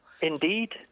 Indeed